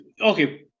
okay